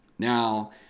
Now